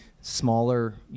smaller